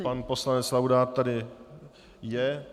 Pan poslanec Laudát tady je.